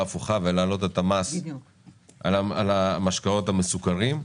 הפוכה ולהעלות את המס על המשקאות המסוכרים,